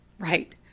right